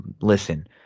Listen